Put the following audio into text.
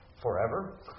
forever